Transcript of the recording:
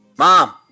mom